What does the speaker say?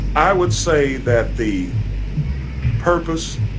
i would say that the purpose